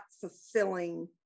fulfilling